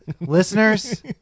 listeners